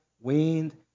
Wind